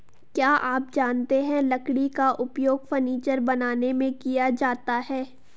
क्या आप जानते है लकड़ी का उपयोग फर्नीचर बनाने में किया जाता है?